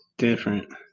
different